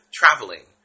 traveling